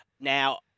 Now